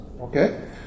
okay